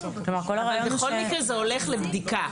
אבל בכל מקרה זה הולך לבדיקה.